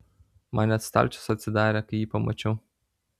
man net stalčius atsidarė kai jį pamačiau